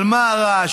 על מה הרעש?